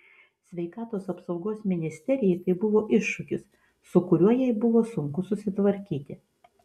sveikatos apsaugos ministerijai tai buvo iššūkis su kuriuo jai buvo sunku susitvarkyti